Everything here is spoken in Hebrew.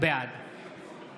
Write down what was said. בעד